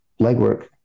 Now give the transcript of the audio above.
legwork